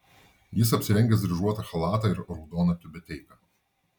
jis apsirengęs dryžuotą chalatą ir raudoną tiubeteiką